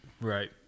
right